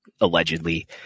allegedly